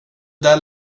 där